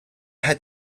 had